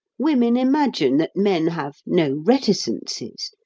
women imagine that men have no reticences,